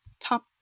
top